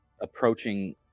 approaching